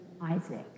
Isaac